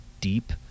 deep